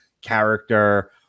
character